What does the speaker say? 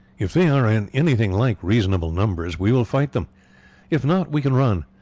if they are in anything like reasonable numbers we will fight them if not, we can run.